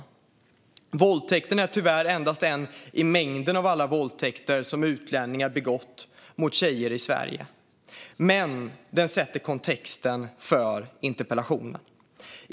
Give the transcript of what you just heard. Våldtäkten är tyvärr endast en i mängden av alla våldtäkter som utlänningar begått mot tjejer i Sverige, men den sätter kontexten för interpellationen.